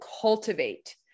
cultivate